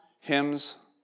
hymns